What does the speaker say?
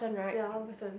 ya one person